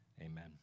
amen